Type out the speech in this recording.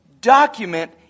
document